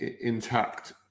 intact